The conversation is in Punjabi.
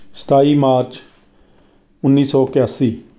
ਸਤਾਈ ਮਾਰਚ ਉੱਨੀ ਸੌ ਇਕਿਆਸੀ